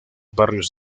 barrios